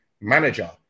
manager